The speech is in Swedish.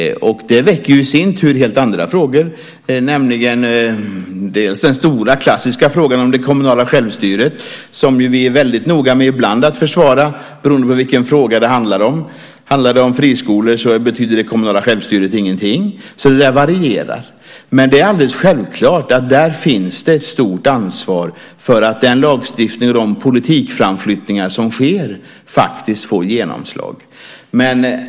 Det väcker i sin tur helt andra frågor, nämligen till exempel den stora, klassiska frågan om det kommunala självstyret, som vi ju är väldigt noga med att försvara ibland, beroende på vilken fråga det handlar om. Handlar det om friskolor så betyder det kommunala självstyret ingenting. Det där varierar. Men det är alldeles självklart att det där finns ett stort ansvar för att den lagstiftning och de politikframflyttningar som sker faktiskt får genomslag.